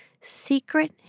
secret